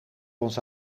ons